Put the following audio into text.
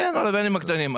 כן, על הוואנים הקטנים.